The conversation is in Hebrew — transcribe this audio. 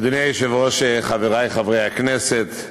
אדוני היושב-ראש, חברי חברי הכנסת,